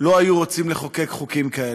לא היו רוצים לחוקק חוקים כאלה.